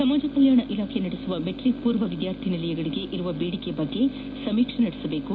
ಸಮಾಜ ಕಲ್ಯಾಣ ಇಲಾಖೆ ನಡೆಸುವ ಮೆಟ್ರಿಕ್ ಪೂರ್ವ ವಿದ್ಯಾರ್ಥಿ ನಿಲಯಗಳಿಗೆ ಇರುವ ಬೇಡಿಕೆ ಕುರಿತಂತೆ ಸಮೀಕ್ಷೆ ನಡೆಸಬೇಕು